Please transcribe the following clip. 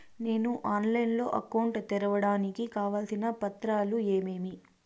నేను ఆన్లైన్ లో అకౌంట్ తెరవడానికి కావాల్సిన పత్రాలు ఏమేమి?